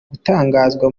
gutangazwa